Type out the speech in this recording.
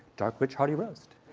dark, rich, hearty roast!